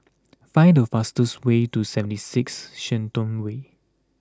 find the fastest way to seventy six Shenton Way